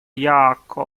яакко